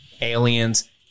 Aliens